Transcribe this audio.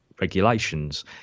regulations